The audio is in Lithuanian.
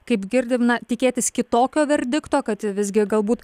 kaip girdim na tikėtis kitokio verdikto kad visgi galbūt